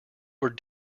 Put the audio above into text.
were